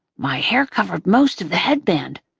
my hair covered most of the headband.